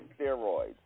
steroids